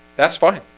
that's fine.